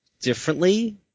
Differently